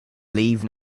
leave